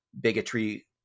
bigotry